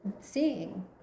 seeing